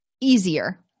easier